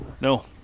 No